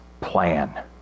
plan